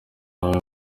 abe